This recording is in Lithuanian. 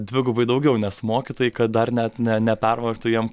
dvigubai daugiau nes mokytojai kad dar net ne nepervargtų jiem